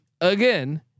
again